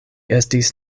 estis